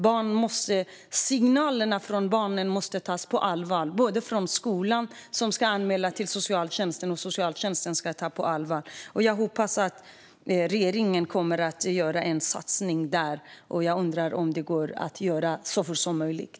Barns signaler måste tas på allvar av skolan, som ska anmäla till socialtjänsten, som också måste ta dem på allvar. Jag hoppas att regeringen kommer att göra en satsning där så fort som möjligt.